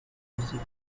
possible